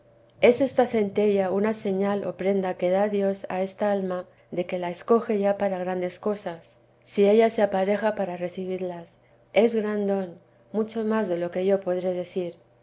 es esta centella una señal o prenda que da dios a esta alma de que la escoge ya para grandes cosas si ella se teresa de jesús apareja para recibillas es gran don mucho más de lo que yo podré decir